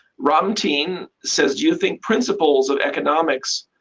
ramtin says, do you think principles of economics